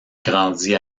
grandit